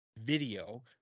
video